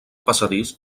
passadís